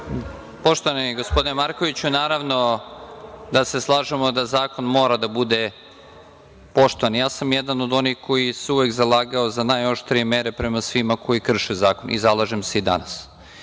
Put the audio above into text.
odgovora. Poštovani gospodine Markoviću, naravno da se slažemo da zakon mora da bude poštovan. Ja sam jedan od onih koji se uvek zalagao za najoštrije mere prema svima koji krše zakon i zalažem se i